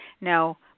Now